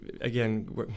again